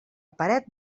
paret